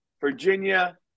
Virginia